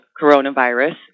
coronavirus